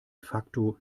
facto